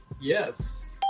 yes